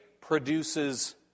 produces